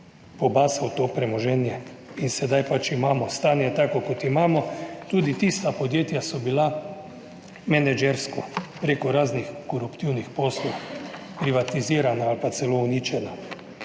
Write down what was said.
pobasal to premoženje. In sedaj pač imamo stanje tako kot imamo. Tudi tista podjetja so bila menedžersko preko raznih koruptivnih poslov privatizirana ali pa celo uničena.